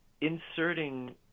inserting